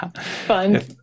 Fun